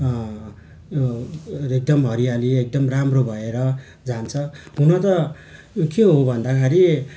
एकदम हरियाली एकदम राम्रो भएर जान्छ हुन त यो के हो भन्दाखेरि